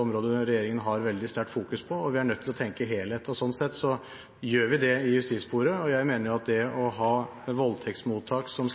område regjeringen fokuserer sterkt på. Vi er nødt til å tenke helhet. Sånn sett gjør vi det i justissporet. Jeg mener at det å ha voldtektsmottak som